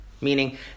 meaning